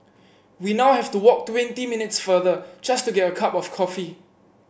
we now have to walk twenty minutes farther just to get a cup of coffee